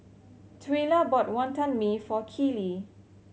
Twyla bought Wantan Mee for Keeley